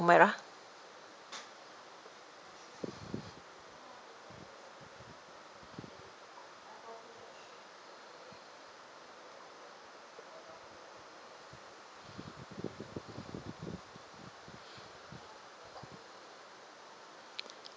umairah